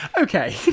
Okay